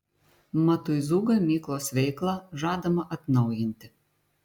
matuizų gamyklos veiklą žadama atnaujinti